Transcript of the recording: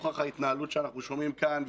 נוכח ההתנהלות שאנחנו שומעים כאן,